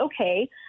okay